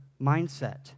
mindset